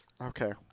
Okay